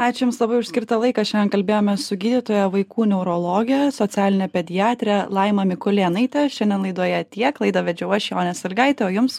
ačiū jums labai už skirtą laiką šiandien kalbėjome su gydytoja vaikų neurologe socialine pediatre laima mikulėnaite šiandien laidoje tiek laidą vedžiau aš jonė sąlygaitė o jums